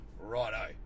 Righto